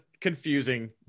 confusing